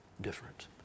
different